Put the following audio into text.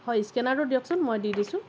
হয় স্কেনাৰটো দিয়কচোন মই দি দিছোঁ